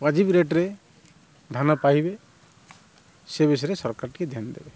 ୱାଜିବ୍ ରେଟ୍ରେ ଧାନ ପାଇବେ ସେ ବିଷୟରେ ସରକାର ଟିକେ ଧ୍ୟାନ ଦେବେ